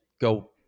go